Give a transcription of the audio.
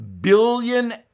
billion